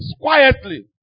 quietly